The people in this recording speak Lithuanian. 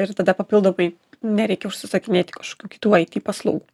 ir tada papildomai nereikia užsisakinėti kažkokių kitų it paslaugų